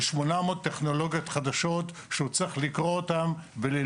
בטח אל מול 800 טכנולוגיות חדשות שהוא צריך לקרוא וללמוד.